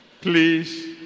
please